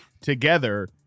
together